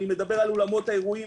אני מדבר על אולמות האירועים,